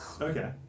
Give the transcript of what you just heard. Okay